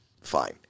fine